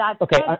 Okay